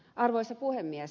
arvoisa puhemies